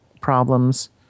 problems